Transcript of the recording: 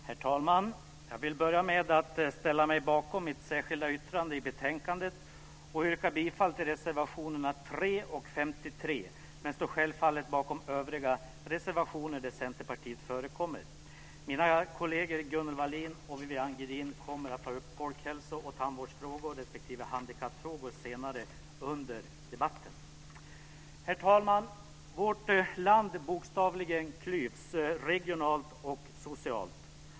Herr talman! Jag vill börja med att ställa mig bakom mitt särskilda yttrande i betänkandet och yrka bifall till reservationerna 3 och 53. Jag står självfallet bakom övriga reservationer där Centerpartiet förekommer. Mina kolleger Gunnel Wallin och Viviann Gerdin kommer att ta upp folkhälso och tandvårdsfrågor respektive handikappfrågor senare under debatten. Herr talman! Vårt land bokstavligen klyvs regionalt och socialt.